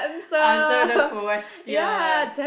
answer the question